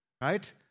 right